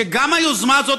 שגם היוזמה הזאת,